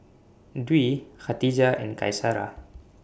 Dwi Khatijah and Qaisara